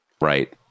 right